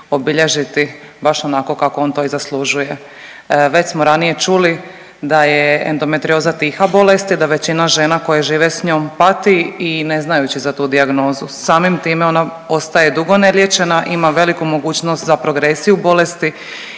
obilježiti baš onako kako on to i zaslužuje. Već smo ranije čuli da je endometrioza tiha bolest i da većina žena koje žive s njom pati i ne znajući za tu dijagnozu, samim time ona ostaje dugo neliječena i ima veliku mogućnost za progresiju bolesti